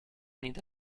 needs